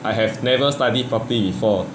I have never study properly before